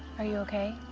are you okay?